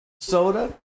Soda